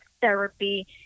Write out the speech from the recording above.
therapy